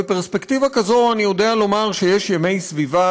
בפרספקטיבה כזאת אני יודע לומר שיש ימי סביבה